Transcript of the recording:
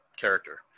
character